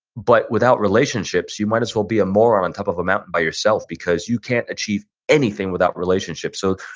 but without relationships you might as well be a moron on top of a mountain by yourself. because you can't achieve anything without relationships. so,